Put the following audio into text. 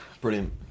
Brilliant